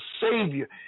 savior